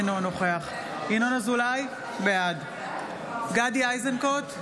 אינו נוכח ינון אזולאי, בעד גדי איזנקוט,